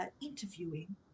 interviewing